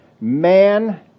Man